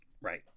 Right